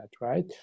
right